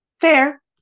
Fair